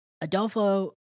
Adolfo